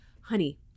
honey